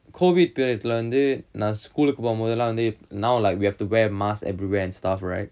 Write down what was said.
COVID period lah வந்து நா:vanthu na school க்கு போகும் போதெல்லாம் வந்து:kku pokum podellam vanthu now like we have to wear mask everywhere and stuff right